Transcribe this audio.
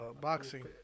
boxing